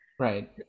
Right